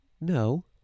No